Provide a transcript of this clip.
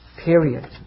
period